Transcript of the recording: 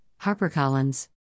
HarperCollins